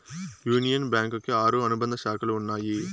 union bank కి ఆరు అనుబంధ శాఖలు ఉన్నాయి